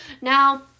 Now